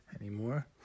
anymore